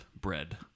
bread